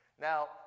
Now